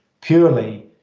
purely